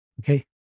Okay